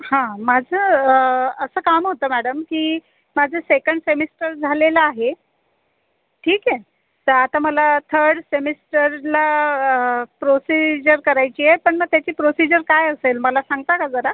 हा माझं असं काम होतं मॅडम की माझं सेकंड सेमिस्टर झालेलं आहे ठीक आहे तर आता मला थर्ड सेमिस्टरला प्रोसिजर करायची आहे पण मग त्याची प्रोसिजर काय असेल मला सांगता का जरा